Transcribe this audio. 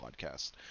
podcast